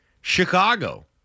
Chicago